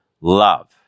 love